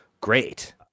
great